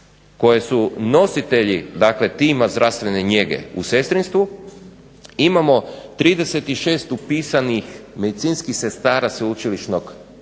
koje su nositeljima dakle tima zdravstvene njege u sestrinstvu, imamo 36 upisanih medicinskih sestara sveučilišnog diplomskog